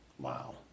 Wow